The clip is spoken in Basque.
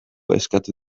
eskatu